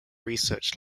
research